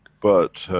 but.